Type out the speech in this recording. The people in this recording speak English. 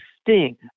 Sting